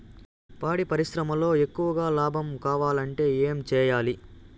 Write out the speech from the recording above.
పాడి పరిశ్రమలో ఎక్కువగా లాభం కావాలంటే ఏం చేయాలి?